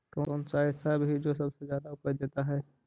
कौन सा ऐसा भी जो सबसे ज्यादा उपज देता है?